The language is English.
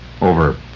over